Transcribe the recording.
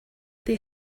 they